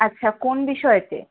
আচ্ছা কোন বিষয়তে